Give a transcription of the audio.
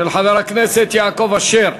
של חבר הכנסת יעקב אשר.